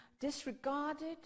disregarded